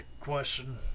question